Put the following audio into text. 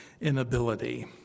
inability